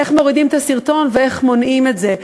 איך מורידים את הסרטון ואיך מונעים את זה.